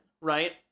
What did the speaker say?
right